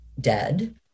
dead